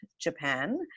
Japan